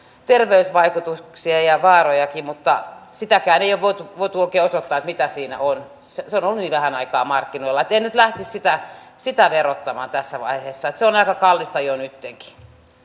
terveysvaikutuksia ja vaarojakin mutta ei ole voitu voitu oikein osoittaa mitä siinä on se se on ollut niin vähän aikaa markkinoilla että en nyt lähtisi sitä sitä verottamaan tässä vaiheessa se on aika kallista jo nyttenkin